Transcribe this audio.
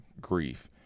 grief